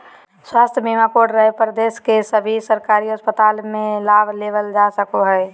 स्वास्थ्य बीमा कार्ड रहे पर देश के सभे सरकारी अस्पताल मे लाभ लेबल जा सको हय